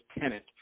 tenant